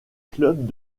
clubs